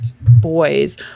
boys